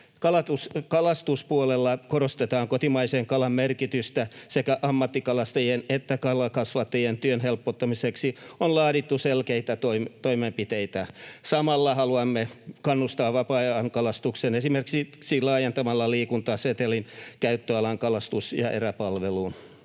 Kalastuspuolella korostetaan kotimaisen kalan merkitystä. Sekä ammattikalastajien että kalankasvattajien työn helpottamiseksi on laadittu selkeitä toimenpiteitä. Samalla haluamme kannustaa vapaa-ajankalastukseen esimerkiksi laajentamalla liikuntasetelin käyttöalan kalastus- ja eräpalveluun.